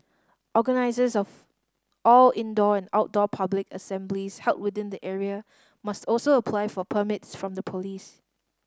organisers of all indoor and outdoor public assemblies held within the area must also apply for permits from the police